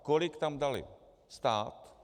Kolik tam dal stát?